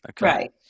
Right